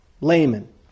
layman